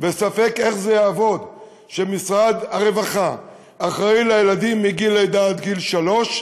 וספק איך זה יעבוד כשמשרד הרווחה אחראי לילדים מגיל שלוש,